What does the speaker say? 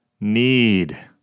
need